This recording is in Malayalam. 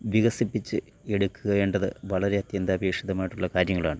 വികസിപ്പിച്ച് എടുക്കേണ്ടത് വളരെ അത്യന്താപേക്ഷിതമായിട്ടുള്ള കാര്യങ്ങളാണ്